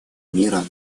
мира